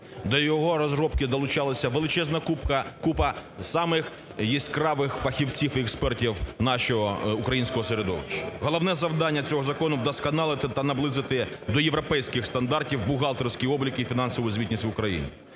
До його розробки долучалися величезна купа самих яскравих фахівців і експертів нашого українського середовища. Головне завдання цього закону – вдосконалити та наблизити до європейських стандартів бухгалтерський облік і фінансову звітність в Україні.